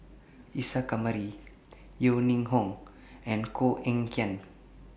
Isa Kamari Yeo Ning Hong and Koh Eng Kian